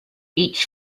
each